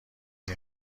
این